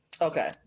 okay